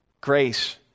Grace